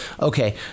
Okay